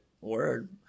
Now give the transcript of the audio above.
Word